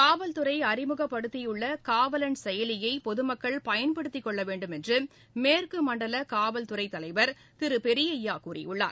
காவல்துறை அறிமுகப்படுத்தியுள்ள காவலன் செயலியை பொதுமக்கள் பயன்படுத்திக்கொள்ள வேண்டும் என்று மேற்கு மண்டல காவல்துறை தலைவர் திரு பெரியய்யா கூறியுள்ளார்